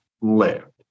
live